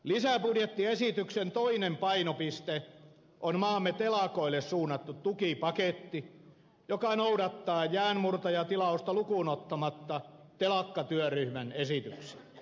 lisäbudjettiesityksen toinen painopiste on maamme telakoille suunnattu tukipaketti joka noudattaa jäänmurtajatilausta lukuun ottamatta telakkatyöryhmän esityksiä